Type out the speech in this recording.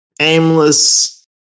aimless